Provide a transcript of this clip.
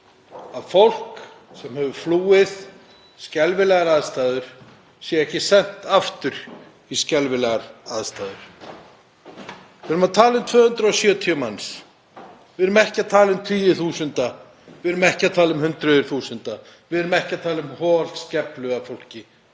að fólk sem hefur flúið skelfilegar aðstæður verði ekki sent aftur í skelfilegar aðstæður. Við erum að tala um 270 manns. Við erum ekki að tala um tugi þúsunda, við erum ekki að tala um hundruð þúsunda, við erum ekki að tala um holskeflu af fólki.